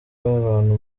abantu